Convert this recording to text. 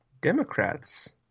Democrats